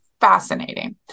fascinating